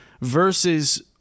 Versus